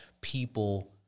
people